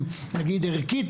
נגיד ערכית.